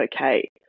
okay